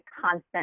constant